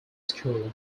school